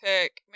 pick